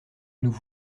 nous